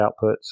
outputs